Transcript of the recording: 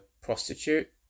prostitute